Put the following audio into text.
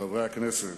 חברי הכנסת,